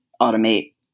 automate